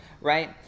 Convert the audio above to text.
right